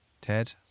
Ted